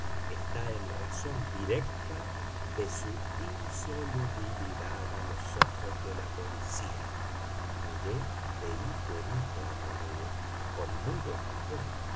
está en razón directa de su insolubilidad a los ojos de la policía miré de hito en hito a mi amigo con mudo estupor